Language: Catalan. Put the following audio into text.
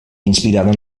inspirada